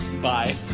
bye